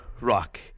Rock